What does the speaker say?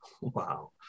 Wow